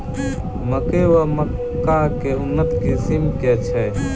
मकई वा मक्का केँ उन्नत किसिम केँ छैय?